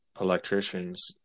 electricians